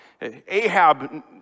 Ahab